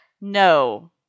No